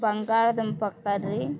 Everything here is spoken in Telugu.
బంగాళదుంప కర్రీ